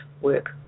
work